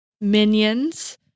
minions